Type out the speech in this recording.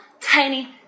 tiny